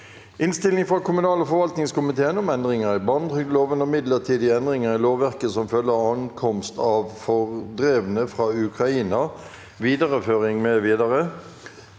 Innstilling fra kommunal- og forvaltningskomiteen om Endringer i barnetrygdloven og midlertidige endringer i lovverket som følge av ankomst av fordrevne fra Ukraina (videreføring m.m.)